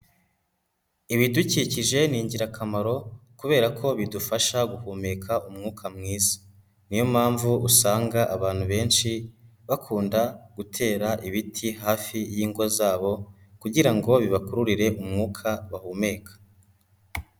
Ibidukikije ni ingirakamaro kubera ko bidufasha guhumeka umwuka mwiza, niyo mpamvu usanga abantu benshi bakunda gutera ibiti hafi y'ingo zabo kugira ngo bibakururire umwuka bahumeka.